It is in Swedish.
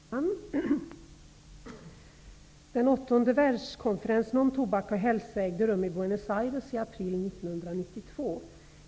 Herr talman! Den 8:e världskonferensen om tobak och hälsa ägde rum i Buenos Aires i april 1992.